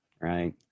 right